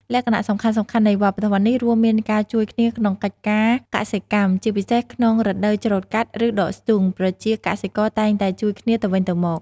លក្ខណៈសំខាន់ៗនៃវប្បធម៌នេះរួមមានការជួយគ្នាក្នុងកិច្ចការកសិកម្ម: ជាពិសេសក្នុងរដូវច្រូតកាត់ ឬដកស្ទូង ប្រជាកសិករតែងតែជួយគ្នាទៅវិញទៅមក។